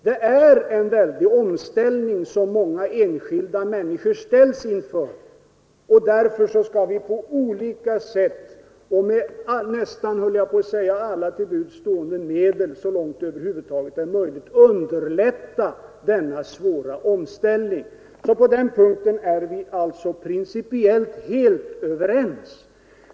Det är en stor omställning som många enskilda människor konfronteras med, och därför skall vi på olika sätt, jag höll på att säga med alla till buds stående medel, söka underlätta denna svåra omställning. På den punkten är vi alltså principiellt helt överens.